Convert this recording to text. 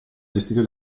gestire